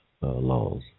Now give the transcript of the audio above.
laws